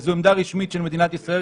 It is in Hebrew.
זו עמדה רשמית של מדינת ישראל,